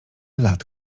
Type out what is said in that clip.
lat